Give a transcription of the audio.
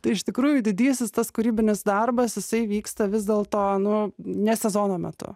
tai iš tikrųjų didysis tas kūrybinis darbas jisai vyksta vis dėlto nu ne sezono metu